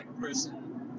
person